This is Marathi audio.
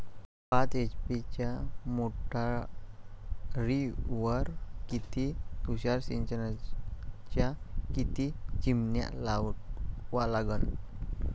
पाच एच.पी च्या मोटारीवर किती तुषार सिंचनाच्या किती चिमन्या लावा लागन?